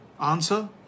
Answer